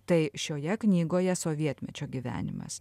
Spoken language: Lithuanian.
tai šioje knygoje sovietmečio gyvenimas